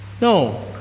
No